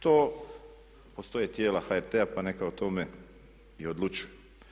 To postoje tijela HRT-a pa neka o tome i odlučuju.